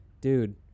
dude